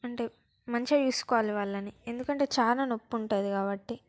అంటే మంచిగా చూసుకోవాలి వాళ్ళని ఎందుకంటే చాలా నొప్పి ఉంటుంది కాబట్టి